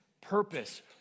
purpose